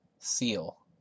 Seal